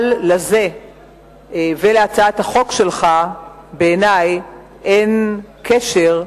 אבל, בעיני, לזה ולהצעת החוק שלך אין קשר.